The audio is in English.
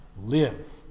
live